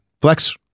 flex